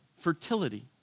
fertility